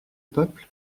peuple